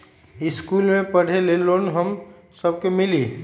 इश्कुल मे पढे ले लोन हम सब के मिली?